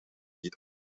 niet